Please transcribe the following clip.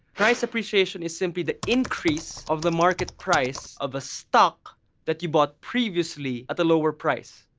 price appreciation is simply the increase of the market price of a stock that you bought previously at the lower price.